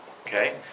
Okay